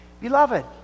Beloved